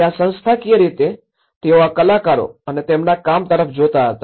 ત્યાં સંસ્થાકીય રીતે તેઓ આ કલાકારો અને તેમના કામ તરફ જોતા હતા